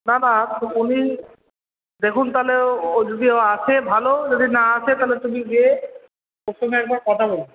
না না উনি দেখুন তাহলে ও যদি আসে ভালো যদি না আসে তাহলে তুমি গিয়ে ওর সঙ্গে একবার কথা বলো